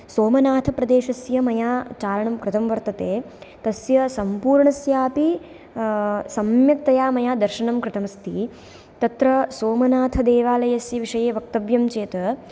सोमनाथप्रदेशस्य मया चारणं कृतं वर्तते तस्य सम्पूर्णस्यापि सम्यक्तया मया दर्शनं कृतमस्ति तत्र सोमनाथदेवालयस्य विषये वक्तव्यं चेत्